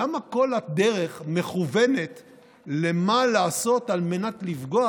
למה כל הדרך מכוונת למה לעשות על מנת לפגוע